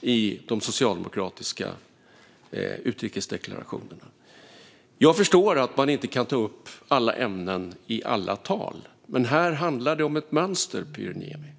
i de socialdemokratiska utrikesdeklarationerna. Jag förstår att man inte kan ta upp alla ämnen i alla tal, men här handlar det om ett mönster, Pyry Niemi.